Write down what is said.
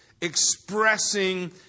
expressing